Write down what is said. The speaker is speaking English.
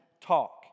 talk